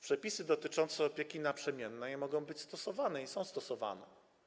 Przepisy dotyczące opieki naprzemiennej mogą być stosowane i są stosowane.